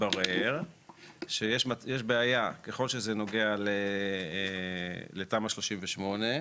מתברר שיש בעיה, ככל שזה נוגע לתמ"א 38,